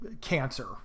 cancer